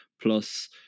plus